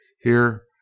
Here